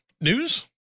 News